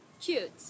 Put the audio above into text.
Cute